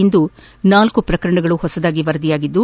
ಇಂದು ನಾಲ್ಲು ಪ್ರಕರಣಗಳು ಹೊಸದಾಗಿ ವರದಿಯಾಗಿದ್ದು